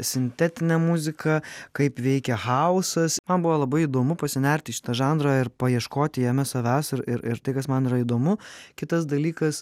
sintetinė muzika kaip veikia hausas man buvo labai įdomu pasinerti į šitą žanrą ir paieškoti jame savęs ir ir tai kas man yra įdomu kitas dalykas